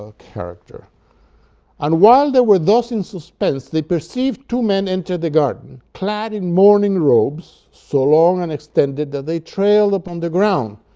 ah character and, while they were thus in suspense, they perceived two men enter the garden, clad in mourning robes, so long and extended, that they trailed upon the ground.